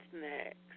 next